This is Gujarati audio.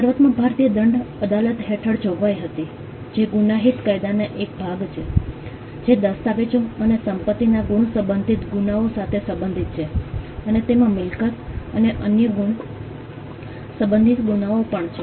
શરૂઆતમાં ભારતીય દંડ અદાલત હેઠળ જોગવાઈ હતી જે ગુનાહિત કાયદાનો એક ભાગ છે જે દસ્તાવેજો અને સંપત્તિના ગુણ સંબંધિત ગુનાઓ સાથે સંબંધિત છે અને તેમાં મિલકત અને અન્ય ગુણ સંબંધિત ગુનાઓ પણ છે